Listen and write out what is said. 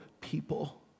people